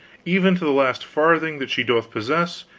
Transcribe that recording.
even to the last farthing that she doth possess,